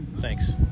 Thanks